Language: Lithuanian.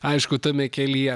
aišku tame kelyje